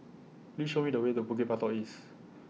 Please Show Me The Way to Bukit Batok East